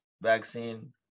vaccine